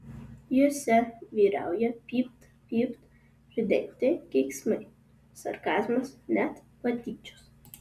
jose vyrauja pypt pypt pridengti keiksmai sarkazmas net patyčios